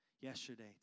yesterday